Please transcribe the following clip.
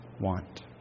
want